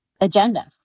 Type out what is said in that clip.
agenda